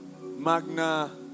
magna